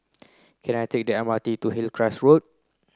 can I take the M R T to Hillcrest Road